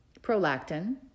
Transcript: Prolactin